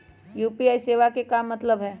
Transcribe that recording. UPI सेवा के का मतलब है?